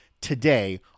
today